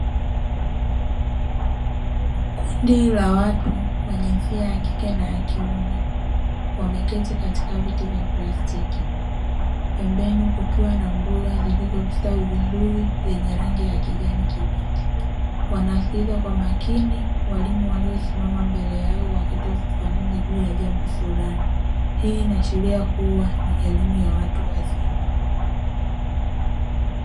Kundi la watu wa jinsia ya kike na ya kiume wameketi katika viti vya plastiki, pembeni kukiwa na mboga zilizostawi vizuri zenye rangi ya kijani kibichi. Wanasikiliza kwa makini walimu waliosimama mbele yao wakitoa ufafanuzi juu ya jambo fulani. Hii inaashiria kuwa ni elimu ya watu wazima.